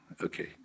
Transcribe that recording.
okay